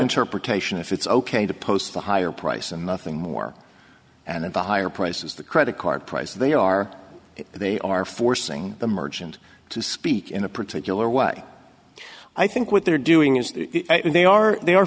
interpretation if it's ok to post the higher price and nothing more and the higher prices the credit card price they are if they are forcing the merchant to speak in a particular way i think what they're doing is they are they are